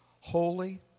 holy